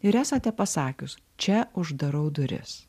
ir esate pasakius čia uždarau duris